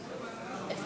אין